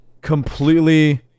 completely